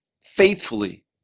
faithfully